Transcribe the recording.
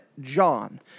john